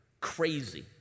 crazy